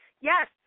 yes